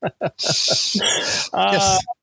Yes